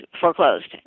foreclosed